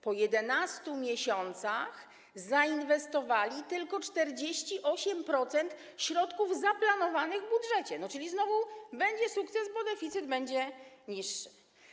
Po 11 miesiącach zainwestowali tylko 48% środków zaplanowanych w budżecie, czyli znowu będzie sukces, bo deficyt będzie niższy.